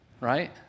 right